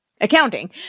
accounting